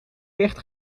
licht